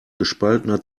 gespaltener